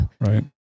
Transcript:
Right